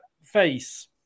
Face